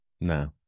No